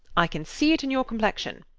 i can see it in your complexion.